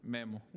Memo